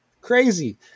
crazy